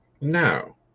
No